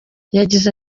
yagize